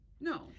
No